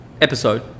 episode